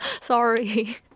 sorry